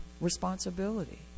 responsibility